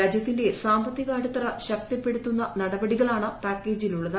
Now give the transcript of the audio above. രാജൃത്തിന്റെ സാമ്പത്തിക അടിത്തറ ശക്തിപ്പെടുത്തുന്ന നടപടികളാണ് പാക്കേജിൽ ഉള്ളത്